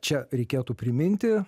čia reikėtų priminti